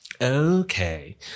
Okay